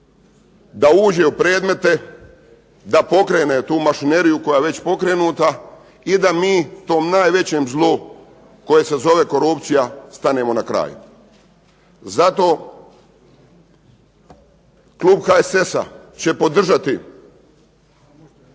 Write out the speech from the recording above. da uđe u predmete, da pokrene tu mašineriju koja je već pokrenuta i da mi tom najvećem zlu koji se zove korupcija, stanemo na kraj. Zato klub HSS-a će podržati